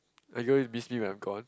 I'm going to miss me when I'm gone